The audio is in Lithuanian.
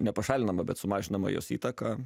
ne pašalinama bet sumažinama jos įtaka